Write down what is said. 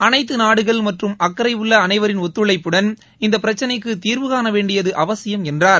அனைத்து நாடுகள் மற்றும் அக்கறை உள்ள அனைவரின் ஒத்துழைப்புடன் இந்தப்பிரச்சினைக்கு தீர்வுகாண வேண்டியது அவசியம் என்றார்